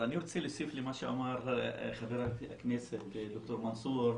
אני רוצה להוסיף למה שאמר חבר הכנסת ד"ר מנסור,